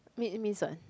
need means what